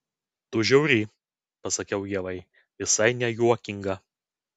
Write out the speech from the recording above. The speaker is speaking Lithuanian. tu žiauri pasakiau ievai visai nejuokinga